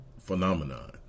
phenomenon